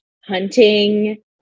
hunting